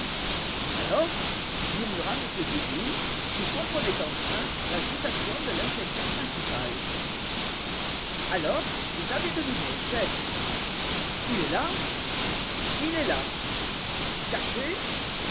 alors murmura m dudouis qui comprenait enfin l'agitation de l'inspecteur principal alors vous avez deviné chef il est là il est là caché